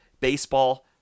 baseball